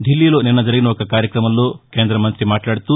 ఢిల్లీలో నిన్న జరిగిన ఒక కార్యక్రమంలో కేందమంతి మాట్లాదుతూ